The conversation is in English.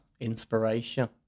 inspiration